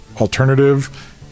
alternative